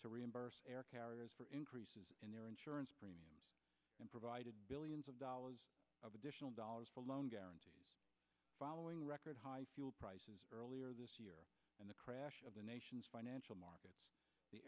to reimburse air carriers for increases in their insurance and provided billions of dollars of additional dollars for loan guarantees following record high fuel prices earlier this year and the crash of the nation's financial markets the